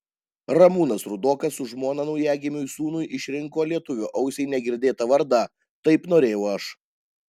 ramūnas rudokas su žmona naujagimiui sūnui išrinko lietuvio ausiai negirdėtą vardą taip norėjau aš